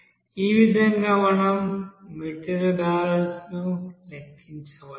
ఈ విధంగా మనం మెటీరియల్ బాలన్స్ ను లెక్కించవచ్చు